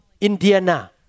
Indiana